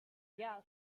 guests